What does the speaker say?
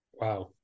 Wow